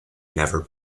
never